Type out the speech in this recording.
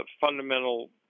fundamental